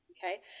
Okay